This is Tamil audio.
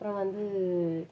அப்புறம் வந்து